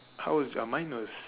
how was uh mine was